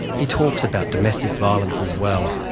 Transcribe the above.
he talks about domestic violence as well.